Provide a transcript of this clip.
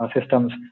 systems